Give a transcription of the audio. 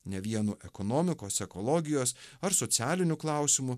ne vien ekonomikos ekologijos ar socialinių klausimų